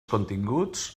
continguts